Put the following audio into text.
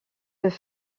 faire